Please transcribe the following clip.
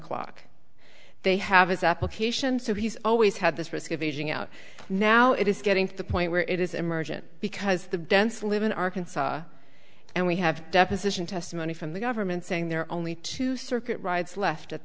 clock they have his application so he's always had this risk of aging out now it is getting to the point where it is emergent because the dense live in arkansas and we have deposition testimony from the government saying there are only two circuit rides